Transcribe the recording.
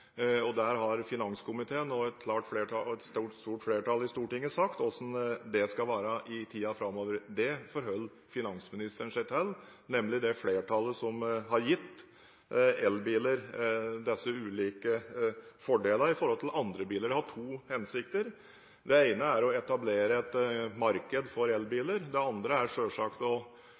Stortinget. Der har finanskomiteen og et stort flertall i Stortinget sagt hvordan det skal være i tiden framover. Finansministeren forholder seg til det flertallet som har gitt elbiler disse ulike fordelene i forhold til andre biler. Det har to hensikter. Det ene er å etablere et marked for elbiler. Det andre er selvsagt å